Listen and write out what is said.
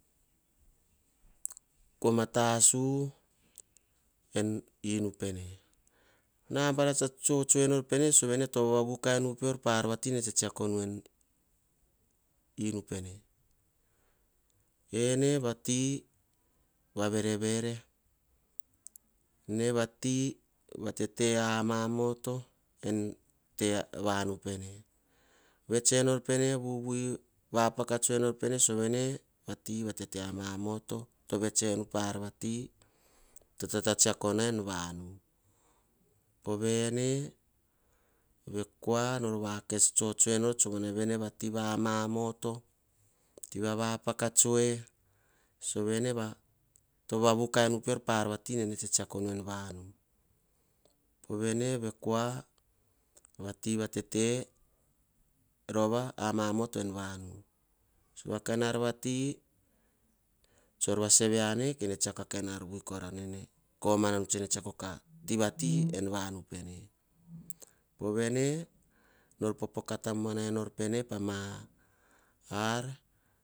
Koma tasu en inu pene. Namba tsa tsoe enor pone sovene tope tevavu kainu peoir, inu pene, ene vativa verevere ene va tiva tete amoto en tevanu pene pah ma tsi sata. Sova venpene ene to temenu oh koma ururuana hubam taim tsene tasu ven komana vanu pemam, pah tsene tetenu. Paia ar nene vakes vets nu poh hubam vanu tope tete upas enor, pemam atakomana enu. To kita tete upas nopah pava satatai voa pah ti rekasa pemam. Ene tsa tetenu kokomanai poh koma tasu pene sopo pemam komana oh pameli. Tom niana vapaese oh kua peman, kua tsapete tasu enor. Ene tsa temenu poh koma ururuna abuanavi nene vovore tsuk rova nu ah ar tamam pah tsiako